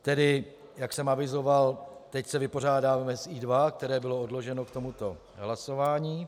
Tedy jak jsem avizoval, teď se vypořádáváme s I2, které bylo odloženo k tomuto hlasování.